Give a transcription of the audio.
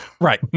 Right